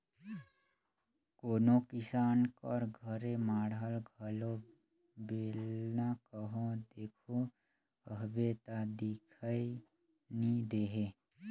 कोनो किसान कर घरे माढ़ल घलो बेलना कहो देखहू कहबे ता दिखई नी देहे